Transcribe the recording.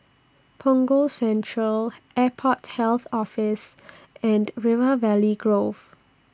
Punggol Central Airport Health Office and River Valley Grove